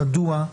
מדוע?